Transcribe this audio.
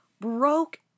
broke